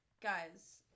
Guys